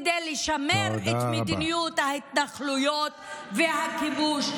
כדי לשמר את מדיניות ההתנחלויות והכיבוש.